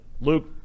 luke